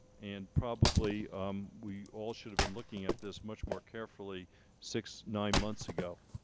and probably um we all should have been looking at this much more carefully six, nine months ago,